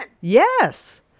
Yes